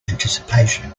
anticipation